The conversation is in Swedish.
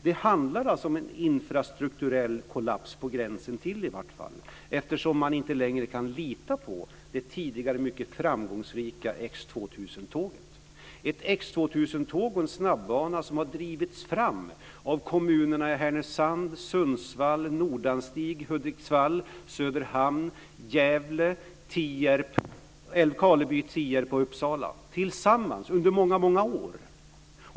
Det handlar om en infrastrukturell kollaps, i vart fall på gränsen till, eftersom man inte längre kan lita på det tidigare mycket framgångsrika X 2000 Hudiksvall, Söderhamn, Gävle, Älvkarleby, Tierp och Uppsala tillsammans under många år.